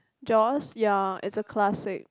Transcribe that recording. Jaws ya it's a classic